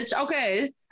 okay